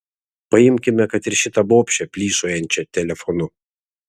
paimkime kad ir šitą bobšę plyšojančią telefonu